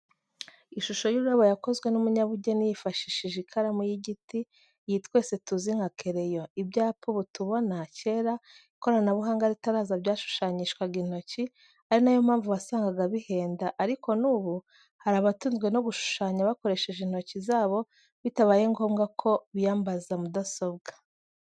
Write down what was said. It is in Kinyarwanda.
Ishusho y’ururabo yakozwe n’umunyabugeni yifashishije ikaramu y’igiti, iyi twese tuzi nka kereyo. Ibyapa ubu tubona, cyera ikoranabuhanga ritaraza byashushanyishwaga intoki, ari na yo mpamvu wasangaga bihenda, ariko n’ubu hari abatunzwe no gushushanya bakoresheje intoki zabo bitabaye ngombwa ko biyambaza mudasobwa.